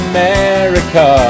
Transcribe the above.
America